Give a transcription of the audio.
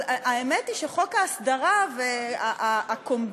אבל האמת היא שחוק ההסדרה והקומבינה